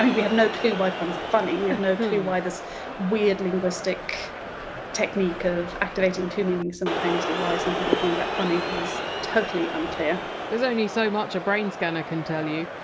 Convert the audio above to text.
we we have no clue why puns are funny. we have no clue why this weird linguistic technique of activating two meanings simultaneously why some people find that funny is totally unclear there's only so much a brain scanner can tell you